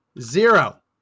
zero